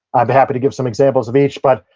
i'd be happy to give some examples of each but,